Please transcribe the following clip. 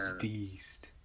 beast